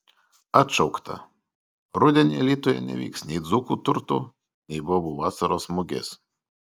atšaukta rudenį alytuje nevyks nei dzūkų turtų nei bobų vasaros mugės